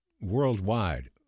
worldwide